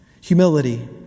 humility